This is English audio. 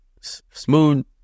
smooth